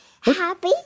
Happy